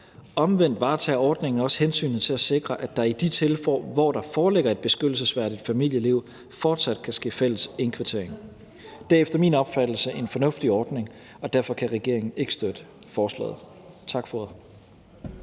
Omvendt varetager ordningen også hensynet til at sikre, at der i de tilfælde, hvor der foreligger et beskyttelsesværdigt familieliv, fortsat kan ske fælles indkvartering. Det er efter min mening en fornuftig ordning, og derfor kan regeringen ikke støtte forslaget. Tak for ordet.